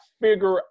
figure